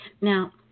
Now